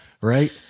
Right